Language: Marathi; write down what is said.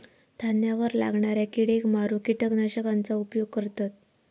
धान्यावर लागणाऱ्या किडेक मारूक किटकनाशकांचा उपयोग करतत